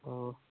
অঁ